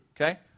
okay